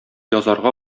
язарга